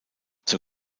zur